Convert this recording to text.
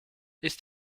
ist